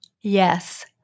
Yes